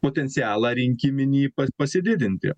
potencialą rinkiminį pasididinti